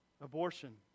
abortion